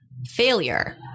Failure